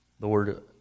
Lord